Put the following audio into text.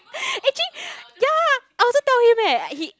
actually ya I also tell him eh he